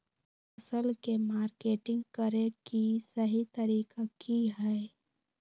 फसल के मार्केटिंग करें कि सही तरीका की हय?